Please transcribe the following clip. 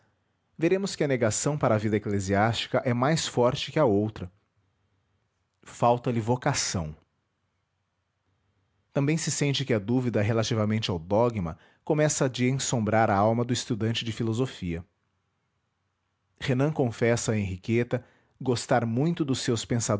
veremos que a negação para a vida eclesiástica é mais forte que a outra falta-lhe vocação também se sente que a dúvida relativamente ao dogma começa de ensombrar a alma do estudante de filosofia renan confessa a henriqueta gostar muito dos seus